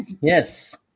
Yes